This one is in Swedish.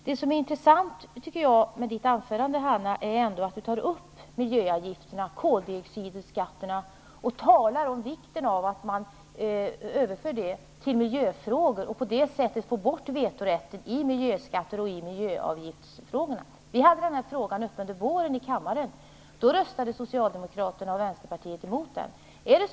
Det som är intressant med Hanna Zetterbergs anförande är att hon tar upp frågan om miljöavgifterna och koldioxidskatterna och talar om vikten av att man räknar dem till miljöfrågor och på det sättet får bort vetorätten när det gäller miljöskatter och miljöavgifter. Den frågan togs under våren upp i kammaren. Då röstade Socialdemokraterna och Vänsterpartiet emot det.